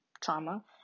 trauma